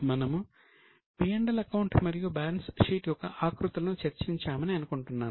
మనము P L account మరియు balance sheet యొక్క ఆకృతులను చర్చించామని అనుకుంటున్నాను